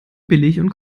zwischen